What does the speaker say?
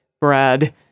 Brad